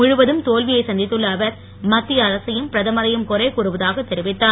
முழுவதும் தோல்வியை சந்தித்துள்ள அவர் மத்திய அரசையும் பிரதமரையும் குறை கூறுவதாக தெரிவித்தார்